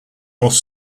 north